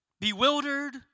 Bewildered